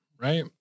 right